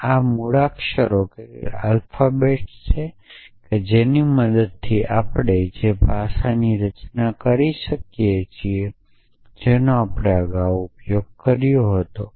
આ મૂળાક્ષરો છે જેની મદદથી આપણે જે ભાષાની રચના કરીએ છીએ જેનો આપણે ઉપયોગ કરીએ છીએ